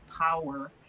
power